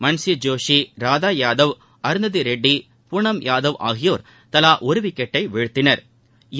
மன்சி ஜோஷி ராதா யாதவ் அருந்ததி ரெட்டி பூனம் யாதவ் ஆகியோா் தலா ஒரு விக்கெட்டை வீழ்த்தினா்